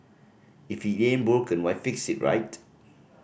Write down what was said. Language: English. if it ain't broken why fix it right